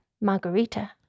margarita